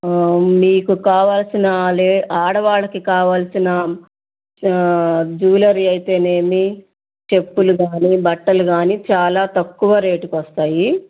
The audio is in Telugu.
మీకు కావల్సిన లే ఆడవాళ్ళకి కావల్సిన జ్యుయలరి అయితేనేమీ చెప్పులు కానీ బట్టలు కానీ చాలా తక్కువ రేటుకు వస్తాయి